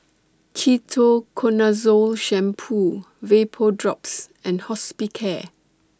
Ketoconazole Shampoo Vapodrops and Hospicare